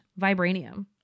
vibranium